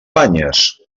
banyes